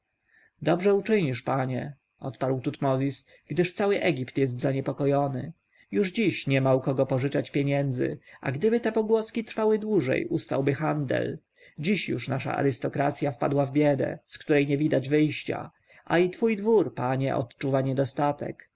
dobrze uczynisz panie odparł tutmozis gdyż cały egipt jest zaniepokojony już dziś niema u kogo pożyczać pieniędzy a gdyby te pogłoski trwały dłużej ustałby handel dziś już nasza arystokracja wpadła w biedę z której nie widać wyjścia a i twój dwór panie odczuwa niedostatek